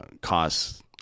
costs